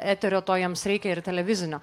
eterio to jiems reikia ir televizinio